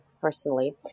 personally